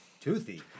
Toothy